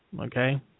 okay